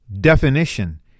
definition